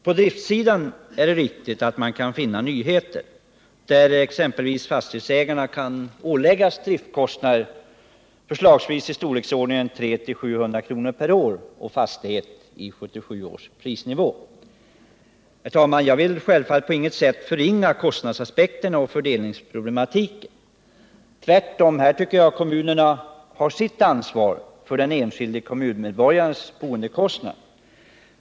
På driftsidan däremot kan man finna nyheter, exempelvis att fastighetsägarna kan åläggas betala driftkostnader i storleksordningen 300-700 kr. per år och fastighet i 1977 års prisnivå. Jag vill på intet sätt förringa kostnadsaspekterna och fördelningsproblematiken. Tvärtom tycker jag att kommunerna där har sitt ansvar för den enskilde kommunmedborgarens boendekostnader.